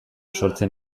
sortzen